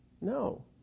No